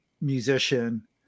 musician